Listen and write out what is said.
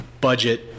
budget